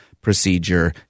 procedure